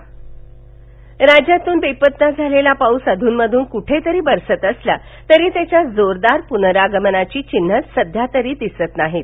voicecast पाणीटंचाई राज्यातून बेपत्ता झालेला पाऊस अधून मधून कुठेतरी बरसत असला तरी त्याच्या जोरदार पुनरागमनाची चिन्हं सध्यातरी दिसत नाहीत